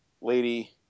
lady